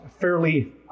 fairly